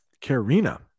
Karina